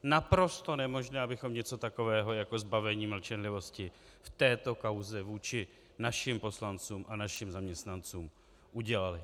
Naprosto nemožné, abychom něco takového jako zbavení mlčenlivosti v této kauze vůči našim poslancům a našim zaměstnancům udělali.